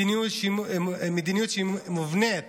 מדיניות שמובנית